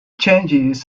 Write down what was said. changes